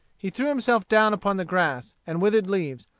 he threw himself down upon the grass and withered leaves,